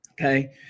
Okay